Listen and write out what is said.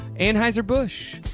Anheuser-Busch